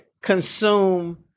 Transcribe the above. Consume